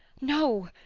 no,